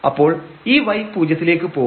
അപ്പോൾ ഈ y പൂജ്യത്തിലേക്ക് പോവും